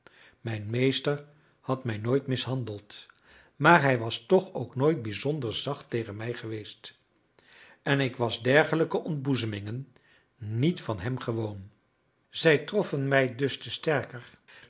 mijn meester had mij nooit mishandeld maar hij was toch ook nooit bijzonder zacht tegen mij geweest en ik was dergelijke ontboezemingen niet van hem gewoon zij troffen mij dus te sterker